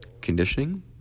conditioning